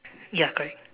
ya correct